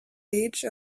age